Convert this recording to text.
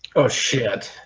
oh shit.